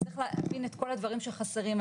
צריך להבין את כל הדברים שחסרים.